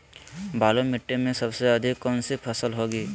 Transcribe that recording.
बालू मिट्टी में सबसे अधिक कौन सी फसल होगी?